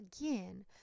again